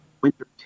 winter